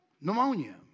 pneumonia